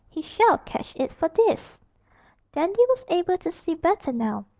he shall catch it for this dandy was able to see better now,